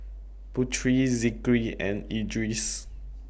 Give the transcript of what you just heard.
Putri Zikri and Idris